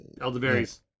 elderberries